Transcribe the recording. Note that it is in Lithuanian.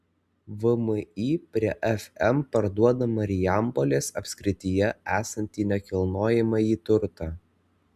vmi prie fm parduoda marijampolės apskrityje esantį nekilnojamąjį turtą